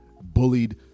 bullied